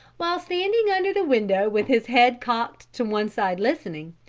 while standing under the window with his head cocked to one side listening,